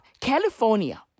California